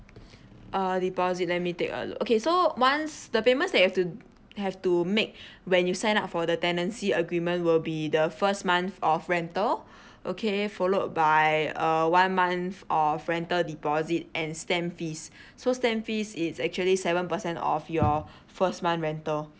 err deposit let me take a look okay so once the payment that you have to you have to make when you sign up for the tenancy agreement will be the first month of rental okay followed by a one month of rental deposit and stamp fees so stamp fees is actually seven percent of your first month rental